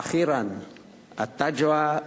(נושא דברים